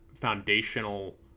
foundational